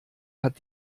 hat